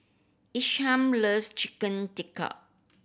Isham loves Chicken Tikka